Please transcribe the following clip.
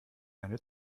eine